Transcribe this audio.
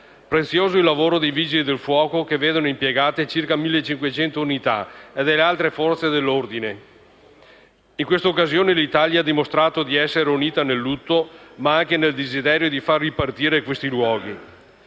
Prezioso è il lavoro dei Vigili del fuoco, che vedono impiegate circa 1.500 unità, e delle altre Forze dell'ordine. In questa occasione l'Italia ha dimostrato di essere unita nel lutto, ma anche nel desiderio di far ripartire quei luoghi.